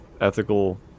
ethical